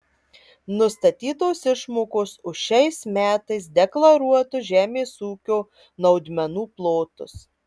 nustatytos išmokos už šiais metais deklaruotus žemės ūkio naudmenų plotus